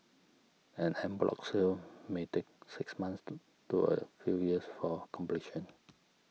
an en bloc sale may take six months to to a few years for completion